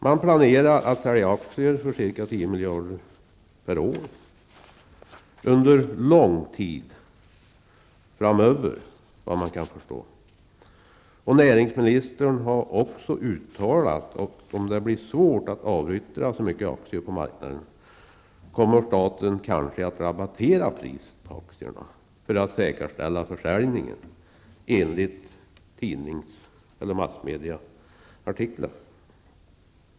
Man planerar att sälja aktier för ca 10 miljarder kronor per år under en lång tid framöver. Näringsministern har uttalat att om det blir svårt att avyttra så mycket aktier på marknaden, kommer staten att rabattera priset på aktierna för att säkerställa försäljningen. Detta har framgått av artiklar i massmedia.